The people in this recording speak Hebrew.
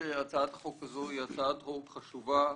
הצעת החוק הזאת היא הצעת חוק חשובה וראויה,